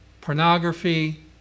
pornography